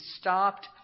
stopped